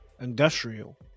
industrial